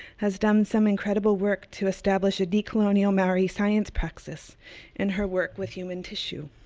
has done some incredible work to establish a de-colonial maori science praxis in her work with human tissue.